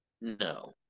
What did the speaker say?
no